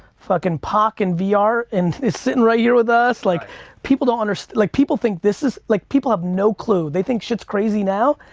fuckin' pac and vr and is sitting right here with us, like people don't, and like people think this is, like people have no clue. they think shit's crazy now?